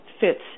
fits